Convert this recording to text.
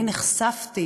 נחשפתי